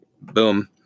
Boom